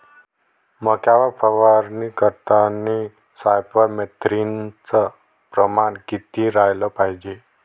मक्यावर फवारनी करतांनी सायफर मेथ्रीनचं प्रमान किती रायलं पायजे?